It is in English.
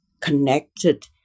connected